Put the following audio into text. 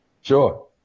Sure